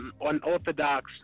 unorthodox